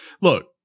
look